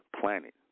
planet